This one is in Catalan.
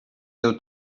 deu